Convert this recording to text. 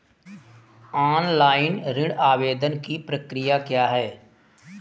Online ऋण आवेदन की प्रक्रिया क्या है?